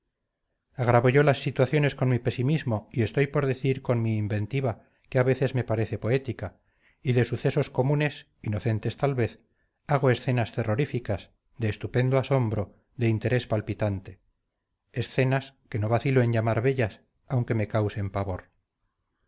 agravo yo las situaciones con mi pesimismo y estoy por decir con mi inventiva que a veces me parece poética y de sucesos comunes inocentes tal vez hago escenas terroríficas de estupendo asombro de interés palpitante escenas que no vacilo en llamar bellas aunque me causen pavor